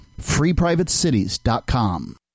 FreePrivateCities.com